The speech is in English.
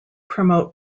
promote